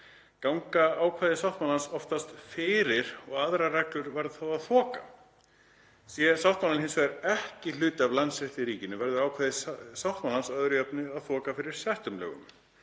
ganga ákvæði sáttmálans oftast fyrir og aðrar reglur verða þá að þoka. Sé sáttmálinn hins vegar ekki hluti af landsrétti í ríkinu verða ákvæði sáttmálans að öðru jöfnu að þoka fyrir settum lögum.